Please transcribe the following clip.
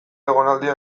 egonaldia